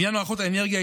לעניין מערכות האנרגיה,